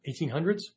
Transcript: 1800s